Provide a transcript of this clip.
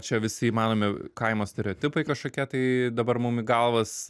čia visi įmanomi kaimo stereotipai kažkokie tai dabar mum į galvas